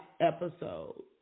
episode